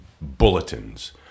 bulletins